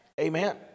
Amen